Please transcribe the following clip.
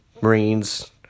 Marines